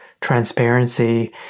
transparency